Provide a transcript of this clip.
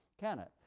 can it?